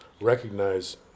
recognize